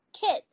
kids